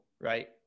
right